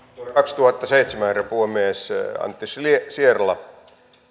vuonna kaksituhattaseitsemän herra puhemies antti sierla